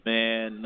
Man